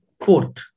Fourth